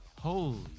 Holy